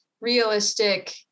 realistic